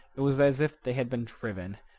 it was as if they had been driven.